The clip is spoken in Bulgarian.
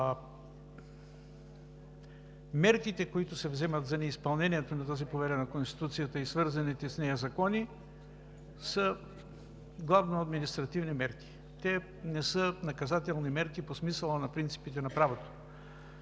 Мерките, които се взимат за неизпълнението на тази повеля на Конституцията и свързаните с нея закони, са главно административни мерки, те не са наказателни мерки по смисъла на принципите на правото.